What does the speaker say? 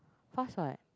fast what